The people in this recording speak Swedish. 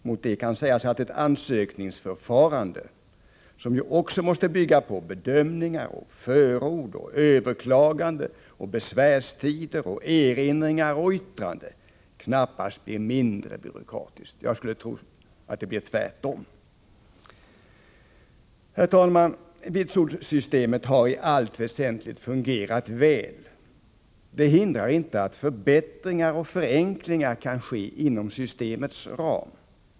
Mot detta kan sägas att ett ansökningsförfarande, som ju också måste bygga på bedömningar och förord, överklaganden med långa besvärstider, erinringar och yttranden, knappast blir mindre byråkratiskt. Jag skulle tro att det blir tvärtom. Herr talman! Vitsordssystemet har i allt väsentligt fungerat väl. Det hindrar inte att förbättringar och förenklingar kan ske inom systemets ram.